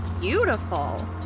beautiful